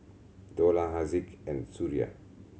Dollah Haziq and Suria